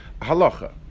Halacha